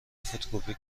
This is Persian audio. فتوکپی